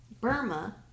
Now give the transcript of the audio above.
Burma